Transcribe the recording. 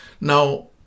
Now